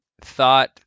thought